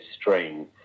strain